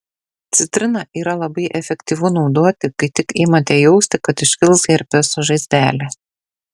citrina yra labai efektyvu naudoti kai tik imate jausti kad iškils herpeso žaizdelė